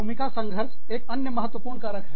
भूमिका संघर्ष एक अन्य महत्वपूर्ण कारक है